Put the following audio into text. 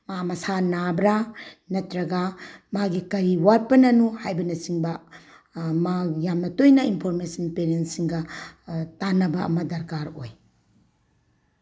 ꯃꯥ ꯃꯁꯥ ꯅꯥꯕ꯭ꯔꯥ ꯅꯠꯇ꯭ꯔꯒ ꯃꯥꯒꯤ ꯀꯔꯤ ꯋꯥꯠꯄꯅꯅꯣ ꯍꯥꯏꯕꯅꯆꯤꯡꯕ ꯃꯥ ꯌꯥꯝꯅ ꯇꯣꯏꯅ ꯏꯟꯐꯣꯔꯃꯦꯁꯟ ꯄꯦꯔꯦꯟꯁꯁꯤꯡꯒ ꯇꯥꯟꯅꯕ ꯑꯃ ꯗꯔꯀꯥꯔ ꯑꯣꯏ